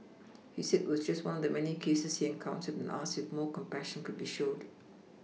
he said it was just one of many cases he encountered and asked if more compassion could be shown